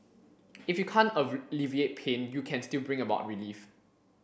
if you can't alleviate pain you can still bring about relief